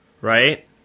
right